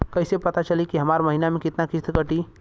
कईसे पता चली की हमार महीना में कितना किस्त कटी?